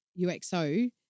UXO